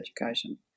education